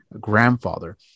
grandfather